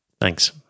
Thanks